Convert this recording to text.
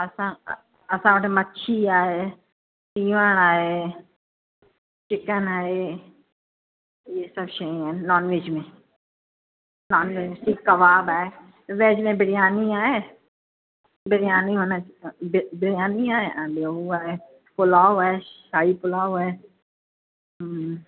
असां असां वटि मछी आहे टीवण आहे चिकन आहे इहे सभु शयूं आहिनि नॉनवेज में नॉनवेज सीख कबाब आहे वेज में बिरयानी आहे बिरयानी हुन बि बिरयानी आहे ऐं ॿियो उहो आहे पुलाव आहे शाही पुलाव आहे